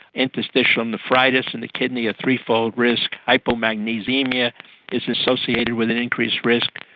interstitial nephritis in the kidney a threefold risk, hypomagnesaemia is associated with an increased risk,